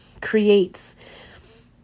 creates